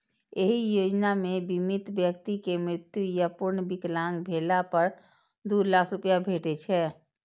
एहि योजना मे बीमित व्यक्ति के मृत्यु या पूर्ण विकलांग भेला पर दू लाख रुपैया भेटै छै